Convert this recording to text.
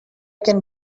can